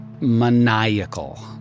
maniacal